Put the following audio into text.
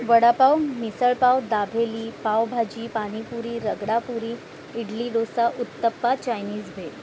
vada pav misal pav dabeli pav bhaji panipuri ragda puri idli dosa uttappa Chinese भेळ